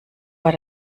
war